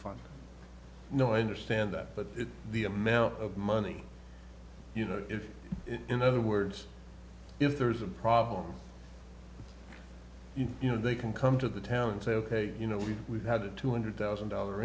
fund no i understand that but the amount of money you know if in other words if there's a problem you know they can come to the town and say ok you know we had a two hundred thousand dollar